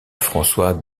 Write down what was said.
françois